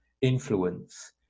influence